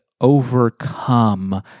overcome